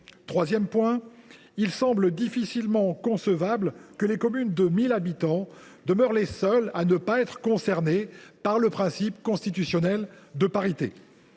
troisième lieu, enfin, il semble difficilement concevable que les communes de moins de 1 000 habitants demeurent les seules collectivités à ne pas être concernées par le principe constitutionnel de parité.